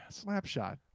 Slapshot